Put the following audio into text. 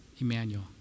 Emmanuel